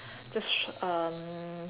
just um